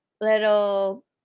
little